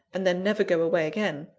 and then never go away again.